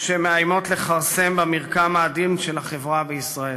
שמאיימות לכרסם במרקם העדין של החברה בישראל,